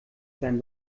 sein